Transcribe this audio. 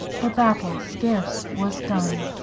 the battel scarce was done.